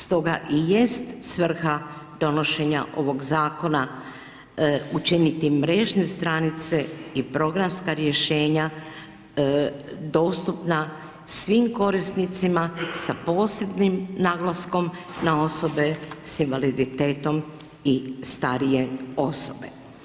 Stoga i jest svrha donošenja ovoga zakona učiniti mrežne stranice i programska rješenja dostupna svima korisnicima sa posebnim naglaskom na osobe sa invaliditetom i starije osobe.